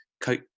coat